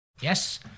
Yes